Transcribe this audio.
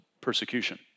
persecution